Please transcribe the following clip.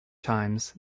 times